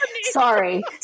sorry